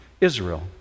Israel